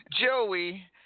Joey